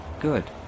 good